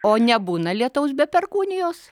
o nebūna lietaus be perkūnijos